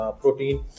protein